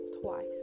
twice